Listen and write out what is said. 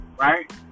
right